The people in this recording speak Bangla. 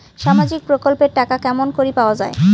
সামাজিক প্রকল্পের টাকা কেমন করি পাওয়া যায়?